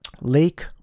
Lake